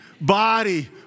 body